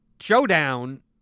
showdown